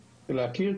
להכיר.